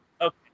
Okay